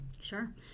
Sure